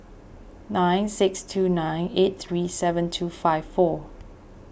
nine six two nine eight three seven two five four